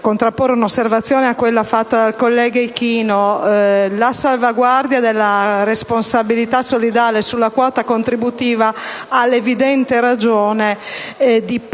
contrapporre un’osservazione a quella fatta dal collega Ichino. La salvaguardia della responsabilita` solidale sulla quota contributiva ha l’evidente ragione di